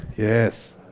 Yes